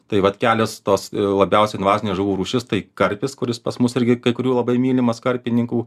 tai vat kelios tos labiausiai invazinė žuvų rūšis tai karpis kuris pas mus irgi kai kurių labai mylimas karpininkų